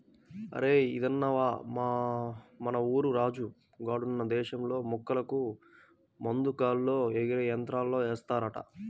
అరేయ్ ఇదిన్నవా, మన ఊరు రాజు గాడున్న దేశంలో మొక్కలకు మందు గాల్లో ఎగిరే యంత్రంతో ఏస్తారంట